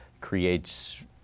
creates